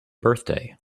birthday